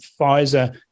Pfizer